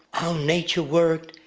how nature worked.